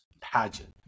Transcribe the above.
pageant